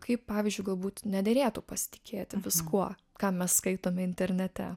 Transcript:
kaip pavyzdžiui galbūt nederėtų pasitikėti viskuo ką mes skaitom internete